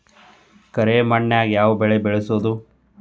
ಕರೆ ಮಣ್ಣನ್ಯಾಗ್ ಯಾವ ಕಾಳ ಬೆಳ್ಸಬೋದು?